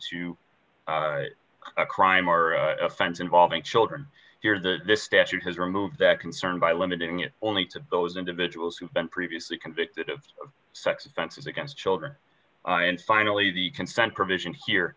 to a crime our offense involving children here the statute has removed that concern by limiting it only to those individuals who have been previously convicted of sex offenses against children and finally the consent provision here